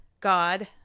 God